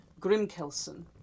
Grimkelsen